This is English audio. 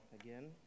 again